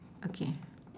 okay